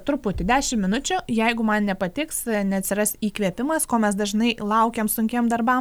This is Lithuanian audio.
truputį dešim minučių jeigu man nepatiks neatsiras įkvėpimas ko mes dažnai laukiam sunkiem darbam